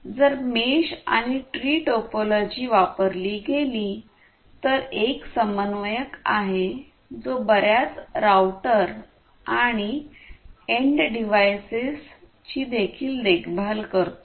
जर मेष आणि tree topology वापरली गेली तर एक समन्वयक आहे जो बर्याच राउटर आणि एंड डिव्हाइसेसची देखभाल करतो